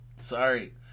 Sorry